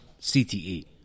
CTE